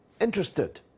interested